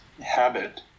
habit